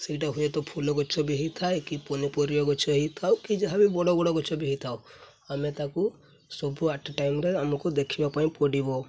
ସେଇଟା ହୁଏତ ଫୁଲ ଗଛ ବି ହେଇଥାଏ କି ପନିପରିବା ଗଛ ହେଇଥାଉ କି ଯାହାବି ବଡ଼ ବଡ଼ ଗଛ ବି ହେଇଥାଉ ଆମେ ତାକୁ ସବୁ ଆଟ୍ ଏ ଟାଇମ୍ରେ ଆମକୁ ଦେଖିବା ପାଇଁ ପଡ଼ିବ